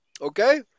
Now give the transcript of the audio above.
Okay